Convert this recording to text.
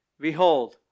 Behold